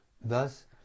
Thus